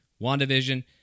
wandavision